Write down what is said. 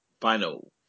final